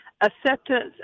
acceptance